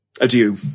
adieu